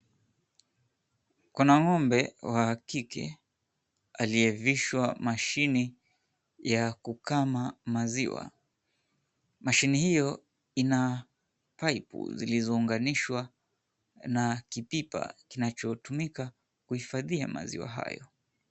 Kuna ng'ombe wa kike aliyevishwa mashini ya kukama maziwa mashini hiyo ina paipu zilizoonganishwa na kipipa kinachotumika kuhifadhia maziwa hayo.